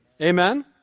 Amen